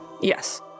Yes